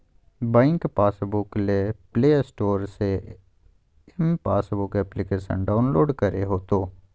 bank passbook ले play store से m passbook application download करे होतो